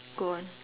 go on